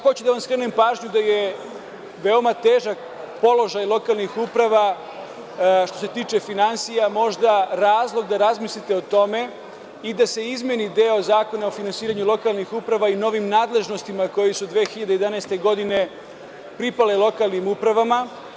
Hoću da vam skrenem pažnju da je veoma težak položaj lokalnih uprava što se tiče finansija, možda razlog da razmislite o tome i da se izmeni deo Zakona o finansiranju lokalnih uprava i novim nadležnostima koje su 2011. godine pripale lokalnim upravama.